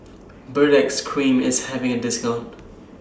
Baritex Cream IS having A discount